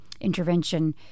intervention